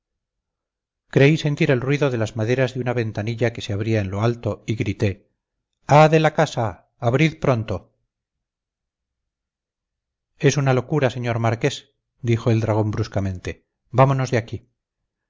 creí sentir el ruido de las maderas de una ventanilla que se abría en lo alto y grité ah de la casa abrid pronto es una locura señor marqués dijo el dragón bruscamente vámonos de aquí